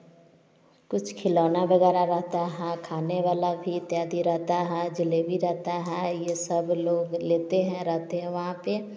कुछ खिलौना वगैरह रहता है खाने वाला भी इत्यादि रहता है जलेबी रहता है यह सब लोग लेते हैं रहते हैं वहाँ पर